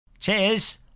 Cheers